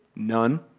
None